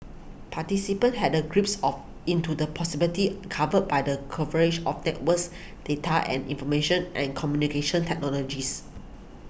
participants had a of into the possible tea cover by the converge of networks data and information and communication technologies